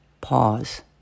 pause